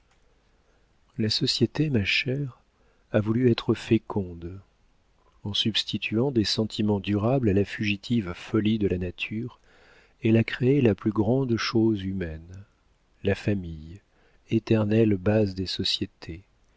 la société ma chère a voulu être féconde en substituant des sentiments durables à la fugitive folie de la nature elle a créé la plus grande chose humaine la famille éternelle base des sociétés